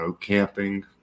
camping